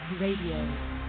Radio